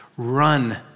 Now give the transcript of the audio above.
run